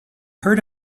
heard